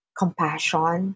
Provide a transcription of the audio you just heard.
compassion